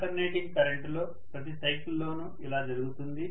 alternating కరెంటులో ప్రతి cycle లోను ఇలా జరుగుతుంది